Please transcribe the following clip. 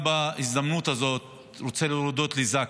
בהזדמנות הזאת אני גם רוצה להודות לזק"א.